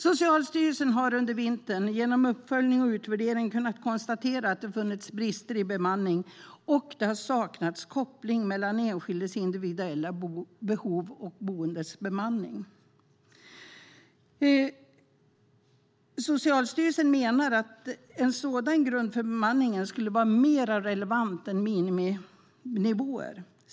Socialstyrelsen har under vintern genom uppföljning och utvärdering kunnat konstatera att det funnits brister i bemanningen och att det saknats koppling mellan enskildas individuella behov och boendets bemanning. Socialstyrelsen menar att en sådan grund för bemanningen skulle vara mer relevant än miniminivåer.